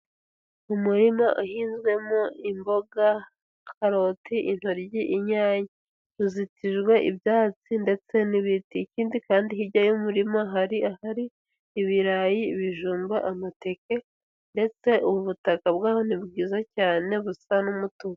Umurima uhinzwemo imboga karoti, intoryi, inyanya, uzitijwe ibyatsi ndetse n'ibiti ikindi kandi hirya y'umurima hari ahari ibirayi, bijumba, amateke ndetse ubutaka bw'aho ni bwiza cyane busa n'umutuku.